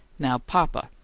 now, papa!